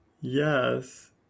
yes